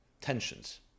tensions